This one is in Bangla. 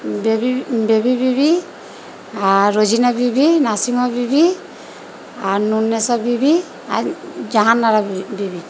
বেবি বেবি বিবি আর রজিনা বিবি নাসিমা বিবি আর নুন্নেশা বিবি আর জাহানারা বিবি